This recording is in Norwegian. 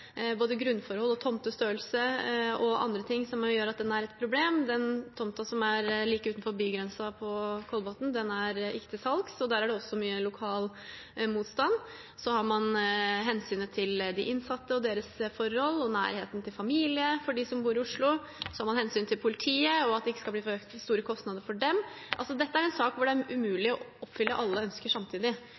både grunnforhold, tomtestørrelse og andre ting som gjør at tomta er et problem. Den tomta som er på Kolbotn, like utenfor bygrensen, er ikke til salgs, og der er det også mye lokal motstand. Man har hensynet til de innsatte og deres forhold og nærheten til familie for dem som bor i Oslo, og så har man hensynet til politiet og at det ikke skal bli for store kostnader for dem. Dette er en sak hvor det er umulig å oppfylle alles ønsker samtidig,